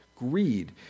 Greed